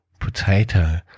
potato